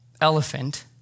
elephant